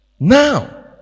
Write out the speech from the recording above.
now